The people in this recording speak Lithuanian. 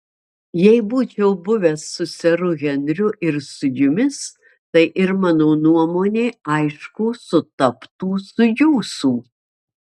jei būčiau buvęs su seru henriu ir su jumis tai ir mano nuomonė aišku sutaptų su jūsų